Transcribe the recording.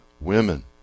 women